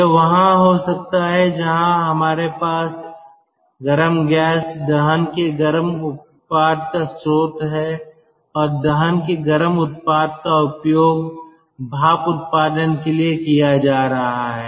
यह वहां हो सकता है जहां हमारे पास गर्म गैस दहन के गर्म उत्पाद का स्रोत है और दहन के गर्म उत्पाद का उपयोग भाप उत्पादन के लिए किया जा रहा है